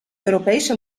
europese